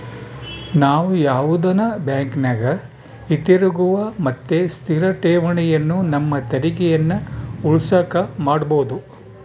ನಾವು ಯಾವುದನ ಬ್ಯಾಂಕಿನಗ ಹಿತಿರುಗುವ ಮತ್ತೆ ಸ್ಥಿರ ಠೇವಣಿಯನ್ನ ನಮ್ಮ ತೆರಿಗೆಯನ್ನ ಉಳಿಸಕ ಮಾಡಬೊದು